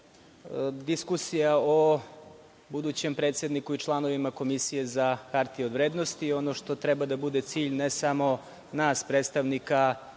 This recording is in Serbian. diskusija o budućem predsedniku i članovima Komisije za hartije od vrednosti. Ono što treba da bude cilj ne samo nas predstavnika